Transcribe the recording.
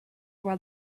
while